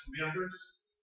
members